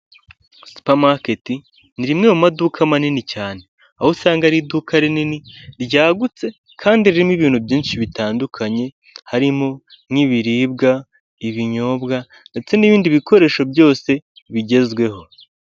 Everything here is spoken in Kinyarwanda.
Supamaketi ni rimwe mu maduka manini cyane, aho usanga ari iduka rinini, ryagutse kandi ririmo ibintu byinshi bitandukanye harimo nk'ibiribwa, ibinyobwa, ndetse n'ibindi bikoresho byose bigezweho.